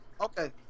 Okay